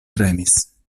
tremis